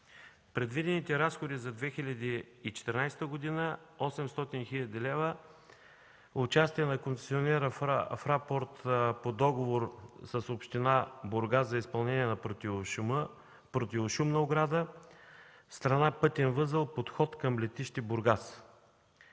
Предвидените разходи за 2014 г. – 800 хил. лв. Участие на концесионера в рапорт – по договор с община Бургас за изпълнение на противошумна ограда, страна Пътен възел „Подход към летище Бургас”.